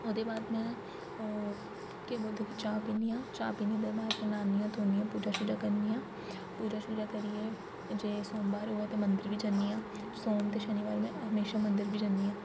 ओह्दे बाद में अअ केह् बोलदे कि चाह् पीनी आं चाह् पीने दे बाद में न्हानीं आं धोनी आं पूजा शूजा करनी आं पूजा शूजा करियै जे सोमवार होऐ ते मंदर बी ज'न्नी आं सोम ते शनिवार में हमेशा मंदर बी ज'न्नी आं